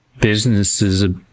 businesses